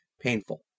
painful